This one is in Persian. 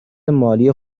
مالی